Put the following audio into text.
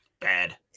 bad